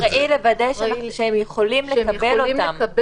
אחראי לוודא שהם יכולים לקבל אותם.